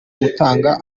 gutanga